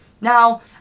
Now